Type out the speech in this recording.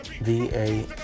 V-A